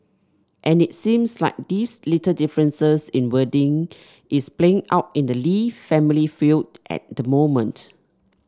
and it seems like these little differences in wording is playing out in the Lee family feud at the moment